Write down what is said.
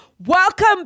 Welcome